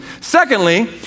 Secondly